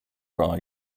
ride